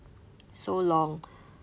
so long